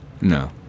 No